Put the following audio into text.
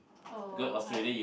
oh why